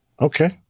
Okay